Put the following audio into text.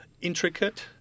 intricate